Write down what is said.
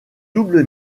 double